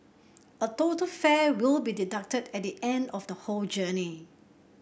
a total fare will be deducted at the end of the whole journey